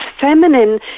feminine